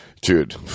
Dude